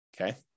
okay